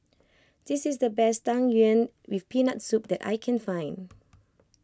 this is the best Tang Yuen with Peanut Soup that I can find